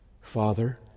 Father